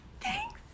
thanks